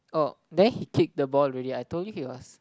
oh then he kicked the ball already I told you he was